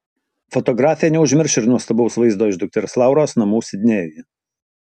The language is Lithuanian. fotografė neužmirš ir nuostabaus vaizdo iš dukters lauros namų sidnėjuje